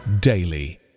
daily